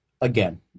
again